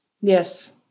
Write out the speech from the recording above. Yes